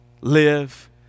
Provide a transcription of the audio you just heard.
Live